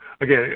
Again